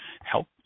help